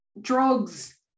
drugs